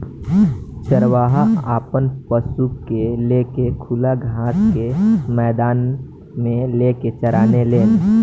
चरवाहा आपन पशु के ले के खुला घास के मैदान मे लेके चराने लेन